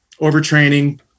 overtraining